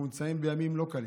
אנחנו נמצאים בימים לא קלים,